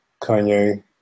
Kanye